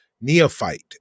neophyte